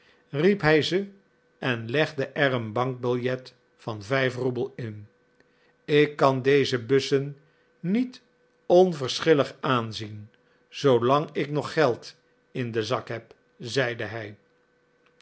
riep hij ze en legde er een bankbiljet van vijf roebel in ik kan deze bussen niet onverschillig aanzien zoolang ik nog geld in den zak heb zeide hij